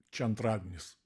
čia antradienis